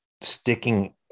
sticking